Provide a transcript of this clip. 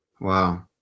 Wow